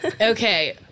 okay